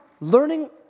learning